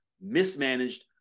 mismanaged